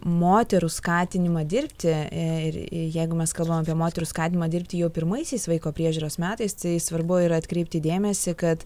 moterų skatinimą dirbti ir jeigu mes kalbam apie moterų skatinimą dirbti jau pirmaisiais vaiko priežiūros metais tai svarbu yra atkreipti dėmesį kad